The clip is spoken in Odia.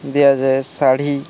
ଦିଆଯାଏ ଶାଢ଼ୀ